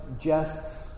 jests